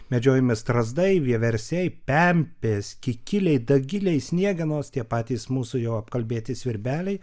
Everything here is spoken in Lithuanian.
medžiojami strazdai vieversiai pempės kikiliai dagiliai sniegenos tie patys mūsų jau apkalbėti svirbeliai